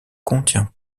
contient